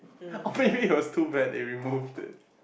or maybe it's was too bad they removed it